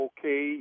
Okay